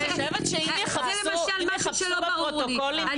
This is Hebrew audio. אני חושבת שאם יחפשו בפרוטוקולים,